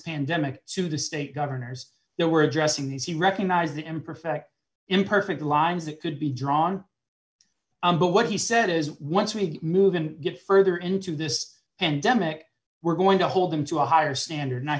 pandemic to the state governors they were addressing these he recognized the end perfect imperfect lines that could be drawn but what he said is once we move in get further into this and demick we're going to hold them to a higher standard and i